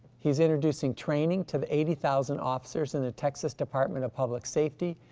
he's introducing training to the eighty thousand officers in the texas department of public safety.